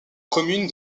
commune